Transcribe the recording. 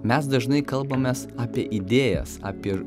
mes dažnai kalbamės apie idėjas apie